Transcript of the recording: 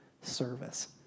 service